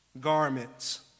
garments